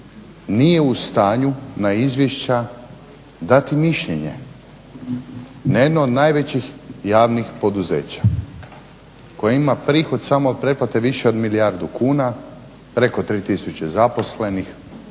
nije u stanju na izvješća dati mišljenje na jedno od najvećih javnih poduzeća koje ima prihod samo od pretplate više od milijardu kuna, preko 3000 zaposlenih,